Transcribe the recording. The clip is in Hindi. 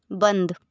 बंद